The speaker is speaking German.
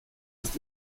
ist